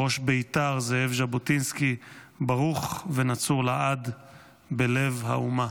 ראש בית"ר זאב ז'בוטינסקי ברוך ונצור לעד בלב האומה.